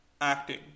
acting